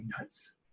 nuts